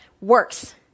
works